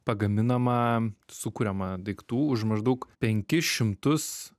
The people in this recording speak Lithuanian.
pagaminama sukuriama daiktų už maždaug penkis šimtus